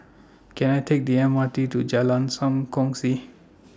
Can I Take The M R T to Jalan SAM Kongsi